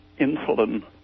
insulin